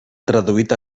traduït